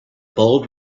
bold